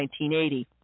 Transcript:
1980